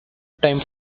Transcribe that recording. time